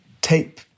tape